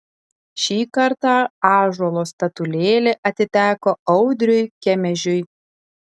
šį kartą ąžuolo statulėlė atiteko audriui kemežiui